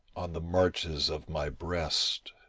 on the marches of my breast.